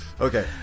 Okay